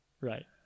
right